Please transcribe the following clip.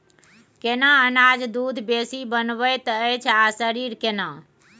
केना अनाज दूध बेसी बनबैत अछि आ शरीर केना?